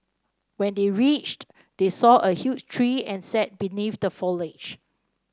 when they reached they saw a huge tree and sat beneath the foliage